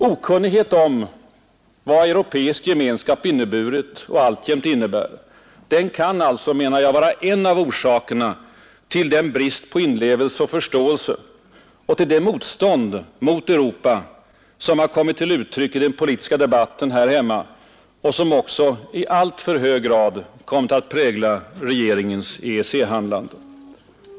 Okunnighet om vad europeisk gemenskap inneburit och alltjämt innebär kan alltså — menar jag — vara en av orsakerna till den brist på inlevelse och förståelse och till det motstånd mot Europa som kommit till uttryck i den politiska debatten här hemma och som också i alltför hög grad kommit att prägla regeringens EEC-handlande.